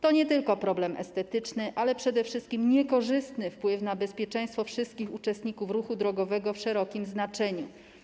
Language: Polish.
To nie tylko problem estetyczny, ale przede wszystkim ma to niekorzystny wpływ na bezpieczeństwo wszystkich uczestników ruchu drogowego w szerokim znaczeniu.